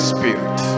Spirit